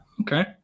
Okay